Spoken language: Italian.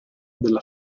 della